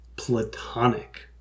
platonic